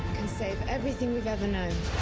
can save everything we've ever known.